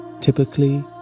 Typically